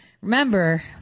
Remember